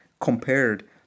compared